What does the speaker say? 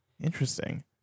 Interesting